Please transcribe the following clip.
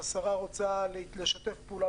השרה רוצה לשתף פעולה,